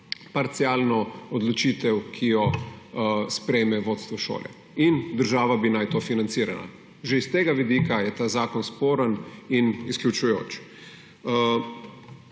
parcialno odločitev, ki jo sprejme vodstvo šole. In država bi naj to financirala. Že s tega vidika je ta zakon sporen in izključujoč.